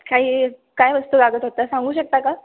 काही काय वस्तू लागत होता सांगू शकता का